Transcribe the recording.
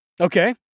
Okay